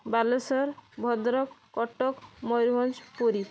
Balasore Bhadrak Cuttack Mayurbhanj Puri